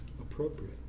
appropriate